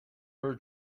her